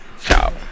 Ciao